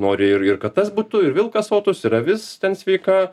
nori ir kad tas būtų ir vilkas sotus ir avis sveika